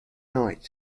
night